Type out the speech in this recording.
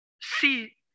see